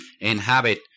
inhabit